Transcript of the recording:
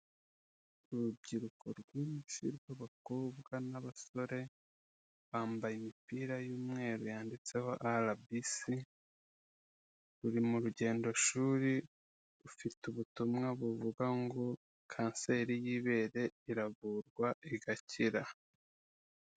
Urubyiruko rwinshi rw'abakobwa n'abasore, bambaye imipira y'umweru yanditseho arabicsi ruri mu rugendo shuri, bafite ubutumwa buvuga ngo kanseri y'ibere iragurwa igakira.